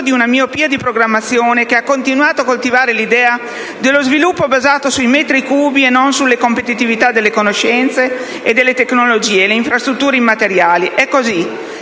di una miopia di programmazione che ha continuato a coltivare l'idea di uno sviluppo basato sui metri cubi e non sulle competitività delle conoscenze e delle tecnologie e le infrastrutture immateriali. È così: